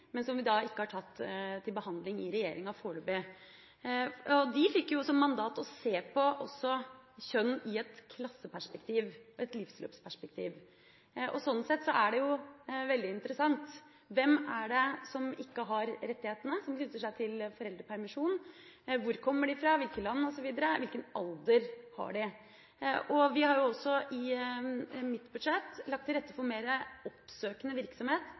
også i et klasseperspektiv og et livsløpsperspektiv. Sånn sett er det veldig interessant: Hvem er det som ikke har rettighetene som knytter seg til foreldrepermisjon, hvor kommer de fra, hvilke land, og hvilken alder har de? Vi har også i mitt budsjett lagt til rette for mer oppsøkende virksomhet